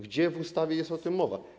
Gdzie w ustawie jest o tym mowa?